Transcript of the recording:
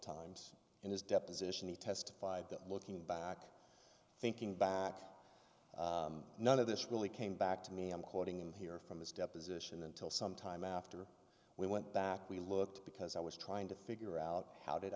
times in his deposition he testified that looking back thinking back none of this really came back to me i'm quoting him here from his deposition until some time after we went back we looked because i was trying to figure out how did